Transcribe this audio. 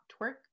twerk